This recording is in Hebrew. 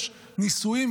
יש נישואים,